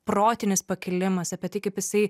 protinis pakilimas apie tai kaip jisai